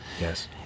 Yes